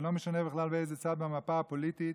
ולא משנה בכלל באיזה צד במפה הפוליטית,